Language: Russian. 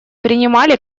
принимали